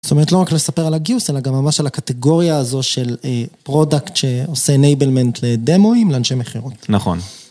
זאת אומרת, לא רק לספר על הגיוס, אלא גם ממש על הקטגוריה הזו של פרודקט שעושה enablement לדמואים לאנשי מכירות. נכון.